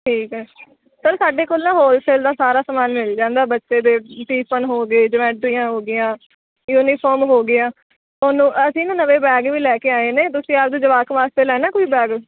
ਠੀਕ ਹੈ ਸਰ ਸਾਡੇ ਕੋਲ ਨਾ ਹੋਲਸੇਲ ਦਾ ਸਾਰਾ ਸਮਾਨ ਮਿਲ ਜਾਂਦਾ ਬੱਚੇ ਦੇ ਟੀਫਨ ਹੋ ਗਏ ਜਮੈਟਰੀਆਂ ਹੋ ਗਈਆਂ ਯੂਨੀਫੋਮ ਹੋ ਗਈਆਂ ਹੁਣ ਅਸੀਂ ਨਾ ਨਵੇਂ ਬੈਗ ਵੀ ਲੈ ਕੇ ਆਏ ਨੇ ਤੁਸੀਂ ਆਪਣੇ ਜਵਾਕ ਵਾਸਤੇ ਲੈਣਾ ਕੋਈ ਬੈਗ